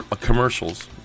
commercials